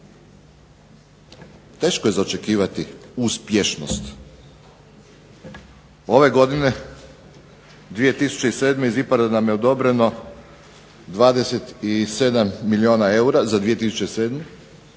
teško je za očekivati uspješnost. Ove godine 2007. iz IPARD-a nam je odobreno 27 milijuna eura za 2007.